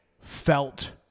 felt